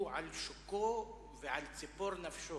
העלו כאן מסים ומעלים כאן מסים ולא הולכים לכיוון של הפחתת מסים.